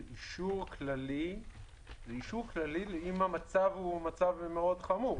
זה אישור כללי אם המצב הוא מצב מאוד חמור.